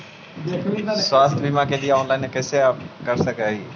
स्वास्थ्य बीमा के लिए ऑनलाइन कैसे कर सकली ही?